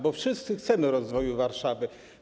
Bo wszyscy chcemy rozwoju Warszawy.